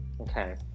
Okay